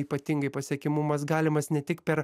ypatingai pasiekiamumas galimas ne tik per